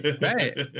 Right